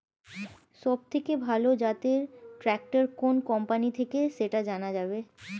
সবথেকে ভালো জাতের ট্রাক্টর কোন কোম্পানি থেকে সেটা জানা যাবে?